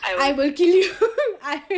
I will kill you I will